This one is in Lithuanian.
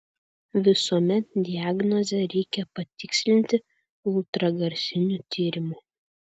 visuomet diagnozę reikia patikslinti ultragarsiniu tyrimu